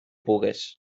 pugues